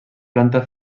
planta